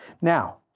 Now